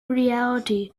reality